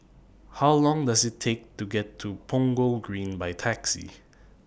How Long Does IT Take to get to Punggol Green By Taxi